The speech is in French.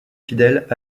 fidèles